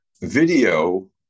video